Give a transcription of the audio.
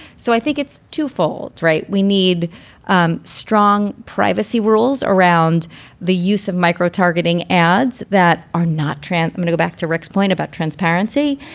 so i think it's twofold. right. we need um strong privacy rules around the use of micro-targeting ads that are not transmitted. back to rick's point about transparency,